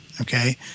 okay